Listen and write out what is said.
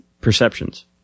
perceptions